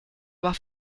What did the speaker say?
war